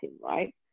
right